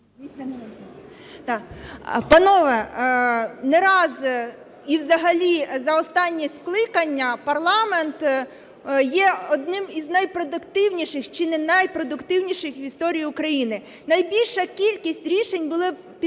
Панове, не раз і взагалі за останні скликання парламент є одним із найпродуктивніших чи не найпродуктивніших в історії України. Найбільша кількість рішень були підтримані